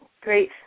Great